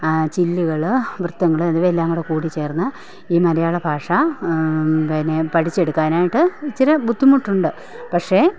ചില്ലുകൾ വൃത്തങ്ങൾ എന്നിവയെല്ലാംകൂടെ കൂടിച്ചേർന്ന് ഈ മലയാളഭാഷ പിന്നെ പഠിച്ചെടുക്കാനായിട്ട് ഇച്ചിരി ബുദ്ധിമുട്ടുണ്ട് പക്ഷേ